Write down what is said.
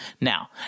Now